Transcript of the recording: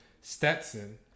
Stetson